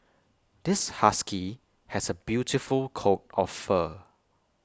this husky has A beautiful coat of fur